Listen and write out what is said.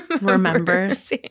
remembers